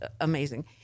amazing